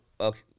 okay